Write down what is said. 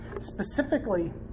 Specifically